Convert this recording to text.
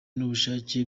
n’ubushake